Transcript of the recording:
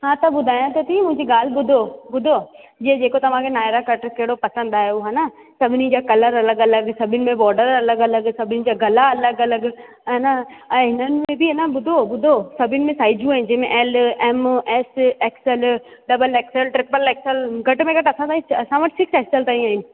हा त ॿुधायां त थी मुंहिंजी ॻाल्हि ॿुधो ॿुधो जीअं जेको तव्हां खे नायरा कट कहिड़ो पसंदि आयो है न सभिनी जा कलर अलॻि अलॻि सभिनि में बॉडर अलॻि अलॻि सभिनि जा गला अलॻि अलॻि ऐं न ऐं हिननि में बि न ॿुधो ॿुधो सभिनि साइजियूं आहिनि जंहिंमें L M S XL double XL triple XL घट में घटि असां ताईं असां वटि सिक्स एक्सेल ताईं आहिनि